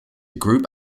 group